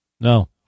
No